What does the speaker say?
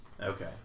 Okay